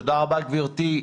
תודה רבה גבירתי.